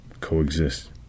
Coexist